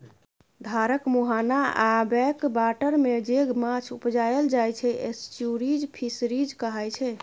धारक मुहाना आ बैक बाटरमे जे माछ उपजाएल जाइ छै एस्च्युरीज फिशरीज कहाइ छै